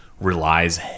relies